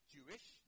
Jewish